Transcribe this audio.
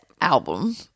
album